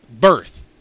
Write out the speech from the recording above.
birth